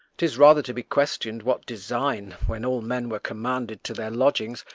tis rather to be question'd what design, when all men were commanded to their lodgings,